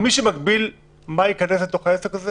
מי שמגביל מה ייכנס לתוך העסק הזה